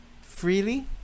freely